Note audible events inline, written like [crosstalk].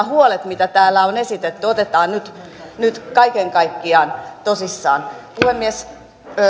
[unintelligible] huolet mitä täällä on esitetty otetaan nyt nyt kaiken kaikkiaan tosissaan puhemies